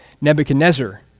Nebuchadnezzar